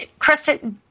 Krista